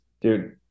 dude